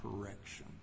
correction